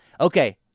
Okay